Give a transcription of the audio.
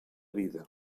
vida